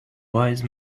wise